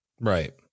Right